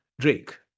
Drake